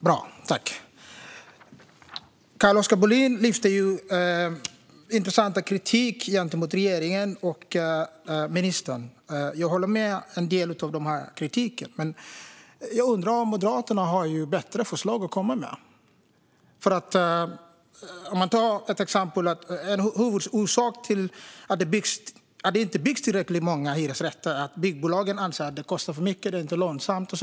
Fru talman! Carl-Oskar Bohlin lyfte upp intressant kritik gentemot regeringen och ministern. Jag håller med om en del av denna kritik. Jag undrar dock om Moderaterna har bättre förslag att komma med. Låt mig ta ett exempel. En stor orsak till att det inte byggs tillräckligt många hyresrätter är att byggbolagen anser att det kostar för mycket och inte är lönsamt.